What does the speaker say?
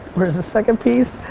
where's the second piece?